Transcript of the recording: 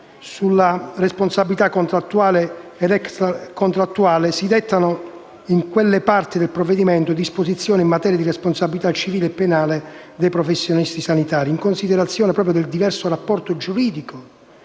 sulla responsabilità contrattuale ed extra contrattuale, si dettano, in quelle parti del provvedimento, disposizioni in materia di responsabilità civile e penale dei professionisti sanitari. In considerazione proprio del diverso rapporto giuridico